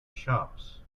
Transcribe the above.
shops